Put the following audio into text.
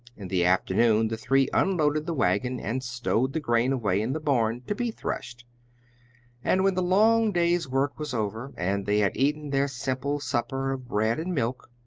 in the afternoon the three unloaded the wagon and stowed the grain away in the barn to be threshed and when the long day's work was over, and they had eaten their simple supper of bread and milk,